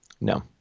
No